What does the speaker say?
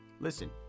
Listen